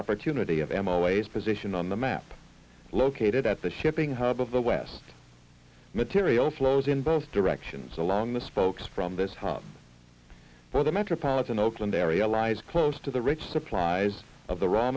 opportunity of em always position on the map located at the shipping hub of the west material flows in both directions along the spokes from this hub for the metropolitan oakland area lies close to the rich supplies of the raw